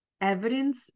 Evidence